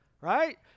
right